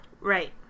Right